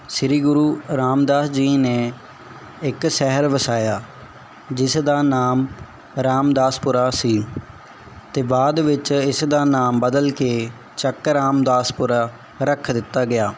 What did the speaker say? ਸ੍ਰੀ ਗੁਰੂ ਰਾਮਦਾਸ ਜੀ ਨੇ ਇੱਕ ਸ਼ਹਿਰ ਵਸਾਇਆ ਜਿਸ ਦਾ ਨਾਮ ਰਾਮਦਾਸਪੁਰਾ ਸੀ ਅਤੇ ਬਾਅਦ ਵਿੱਚ ਇਸ ਦਾ ਨਾਮ ਬਦਲ ਕੇ ਚੱਕ ਰਾਮਦਾਸਪੁਰਾ ਰੱਖ ਦਿੱਤਾ ਗਿਆ